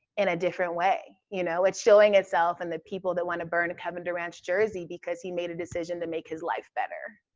in a different way. you know, it's showing itself in the people that want to burn kevin durant's jersey because he made a decision to make his life better.